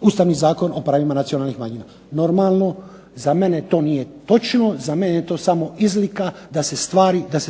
Ustavni zakon o pravima nacionalnih manjina. Normalno, za mene to nije točno. Za mene je to samo izlika da se